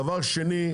דבר שני,